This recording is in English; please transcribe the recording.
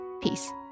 Peace